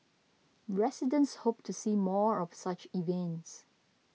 residents hope to see more of such events